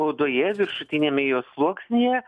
odoje viršutiniame jos sluoksnyje